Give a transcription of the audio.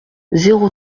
zéro